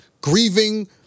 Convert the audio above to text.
grieving